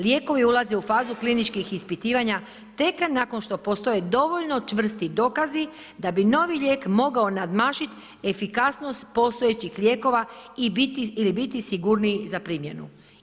Lijekovi ulaze u fazu kliničkih ispitivanja tek nakon što postoje dovoljno čvrsti dokazi da bi novi lijek mogao nadmašiti efikasnost postojećih lijekova ili biti sigurniji za primjenu.